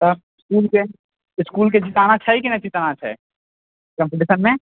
तऽ इसकुलके इसकुलके जीताना छै की नहि जीताना छै कम्पीटशनमे